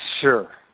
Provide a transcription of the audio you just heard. Sure